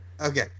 Okay